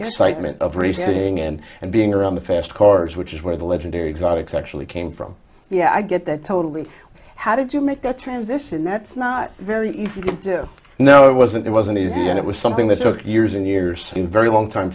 excitement of receiving and and being around the fast cars which is where the legendary exotics actually came from yeah i get that totally how did you make that transition that's not very easy now it wasn't it wasn't easy and it was something that took years and years very long time